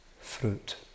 fruit